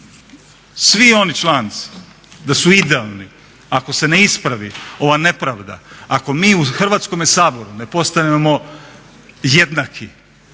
svi oni članci da su idealni ako se ne ispravi ova nepravda, ako mi u Hrvatskom saboru ne postanemo jednaki,